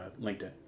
LinkedIn